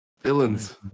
Villains